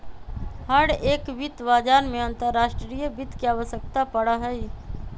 हर एक वित्त बाजार में अंतर्राष्ट्रीय वित्त के आवश्यकता पड़ा हई